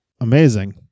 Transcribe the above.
amazing